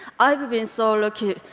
i've been so lucky,